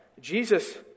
Jesus